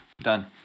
Done